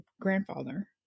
grandfather